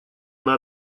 она